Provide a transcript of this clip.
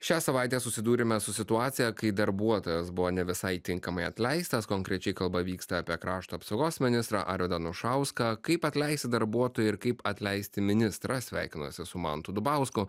šią savaitę susidūrėme su situacija kai darbuotojas buvo ne visai tinkamai atleistas konkrečiai kalba vyksta apie krašto apsaugos ministrą arvydą anušauską kaip atleisti darbuotoją ir kaip atleisti ministrą sveikinuosi su mantu dubausku